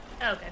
Okay